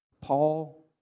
Paul